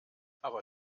aber